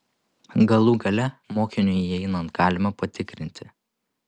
galų gale mokiniui įeinant galima patikrinti